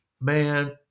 man